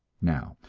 now,